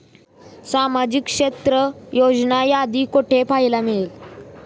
सामाजिक क्षेत्र योजनांची यादी कुठे पाहायला मिळेल?